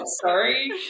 sorry